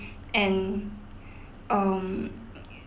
and um